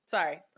Sorry